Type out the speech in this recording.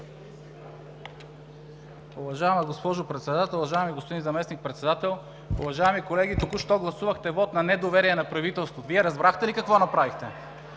Уважаема госпожо Председател, уважаеми господин Заместник-председател, уважаеми колеги! Току-що гласувахте вот на недоверие на правителството. Вие разбрахте ли какво направихте?